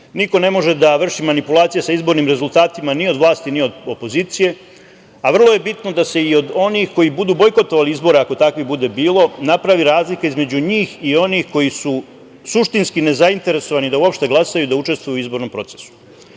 niko ne može da vrši manipulacije sa izbornim rezultatima ni od vlasti, ni od opozicije, a vrlo je bitno da se i od onih koji budu bojkotovali izbore, ako takvih bude bilo, napravi razlika između njih i onih koji su suštinski nezainteresovani da uopšte glasaju da učestvuju u izbornom procesu. Znači,